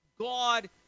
God